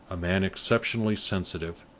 a man exceptionally sensitive,